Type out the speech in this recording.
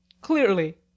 clearly